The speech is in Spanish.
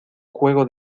juego